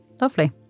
lovely